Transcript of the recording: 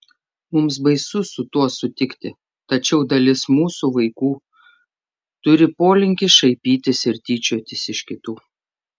mums baisu su tuo sutikti tačiau dalis mūsų vaikų turi polinkį šaipytis ir tyčiotis iš kitų